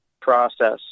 process